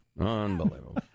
Unbelievable